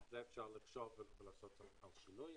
אפשר לחשוב על שינוי,